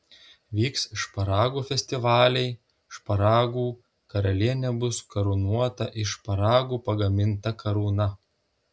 vyks šparagų festivaliai šparagų karalienė bus karūnuota iš šparagų pagaminta karūna